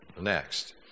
next